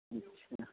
اچھا